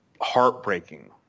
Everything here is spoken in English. heartbreaking